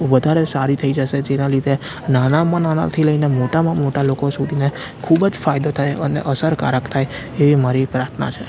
વધારે સારી થઈ જશે જેના લીધે નાનામાં નાનાં થી લઈને મોટામાં મોટા લોકો સુધીને ખુબ જ ફાયદો થયો અને અસરકારક થાય એ મારી પ્રાર્થના છે